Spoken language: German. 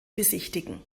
besichtigen